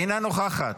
אינה נוכחת,